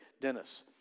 Dennis